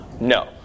No